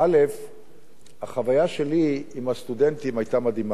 החוויה שלי עם הסטודנטים היתה מדהימה.